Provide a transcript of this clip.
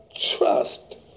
trust